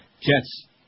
Jets